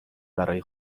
برای